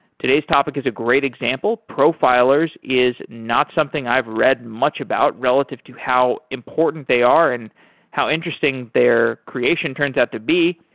today's topic is a great example. profilers is not something i've read much about relative to how important they are and how interesting their creation turns out to be.